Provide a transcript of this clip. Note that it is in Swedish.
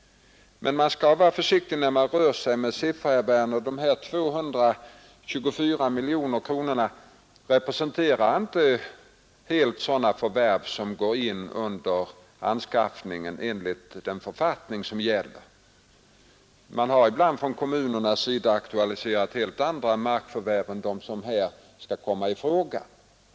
Men man skall vara försiktig när man rör sig med siffror, herr Werner. De här 224 miljonerna representerar inte helt sådana förvärv som går in under anskaffningen enligt den författning som gäller. Man har ibland från kommunernas sida aktualiserat helt andra markförvärv än dem som här skall komma i fråga.